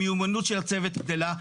המיומנות של הצוות גדלה,